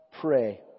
pray